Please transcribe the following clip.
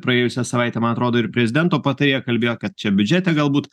praėjusią savaitę man atrodo ir prezidento patarėja kalbėjo kad čia biudžete galbūt